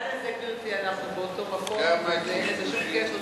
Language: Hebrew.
בעניין הזה אנחנו באותו מקום, גברתי.